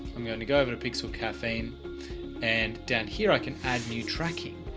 i'm going to go over to pixel caffeine and down here, i can add new tracking.